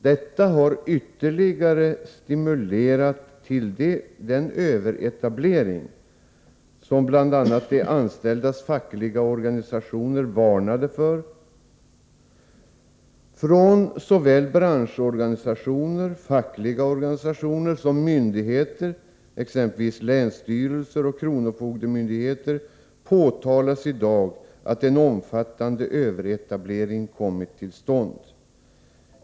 Detta har ytterligare stimulerat till den överetablering som bl.a. de anställdas fackliga organisationer varnade för. Från såväl branschorganisationer, fackliga organisationer som myndigheter — exempelvis länsstyrelser och kronofogdemyndigheter — påtalas i dag att en omfattande överetablering kommit till stånd.